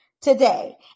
today